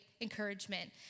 encouragement